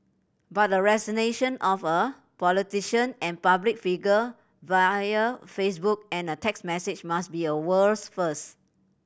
but a resignation of a politician and public figure via Facebook and a text message must be a world's first